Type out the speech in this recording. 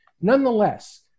Nonetheless